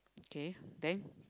okay then